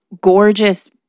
gorgeous